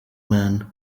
man